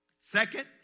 Second